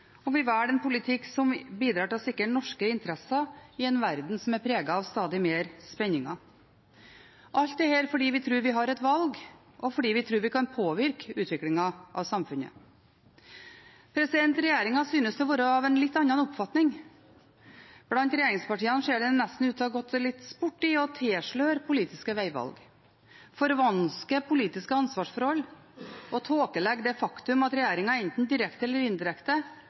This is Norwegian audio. Og vi velger en politikk som bidrar til å sikre norske interesser i en verden som er preget av stadig mer spenninger. Alt dette er fordi vi tror vi har et valg, og fordi vi tror vi kan påvirke utviklingen av samfunnet. Regjeringen synes å være av en litt annen oppfatning. Blant regjeringspartiene ser det nesten ut til å ha gått litt sport i å tilsløre politiske vegvalg, forvanske politiske ansvarsforhold og tåkelegge det faktum at regjeringen enten direkte eller indirekte